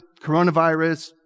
coronavirus